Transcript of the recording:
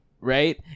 right